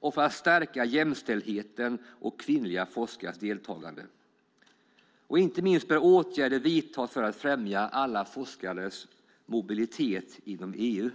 och för att stärka jämställdheten och kvinnliga forskares deltagande. Inte minst bör åtgärder vidtas för att främja alla forskares mobilitet inom EU.